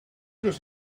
just